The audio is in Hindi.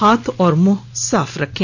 हाथ और मुंह साफ रखें